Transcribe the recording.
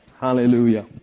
Hallelujah